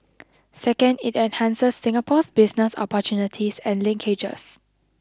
second it enhances Singapore's business opportunities and linkages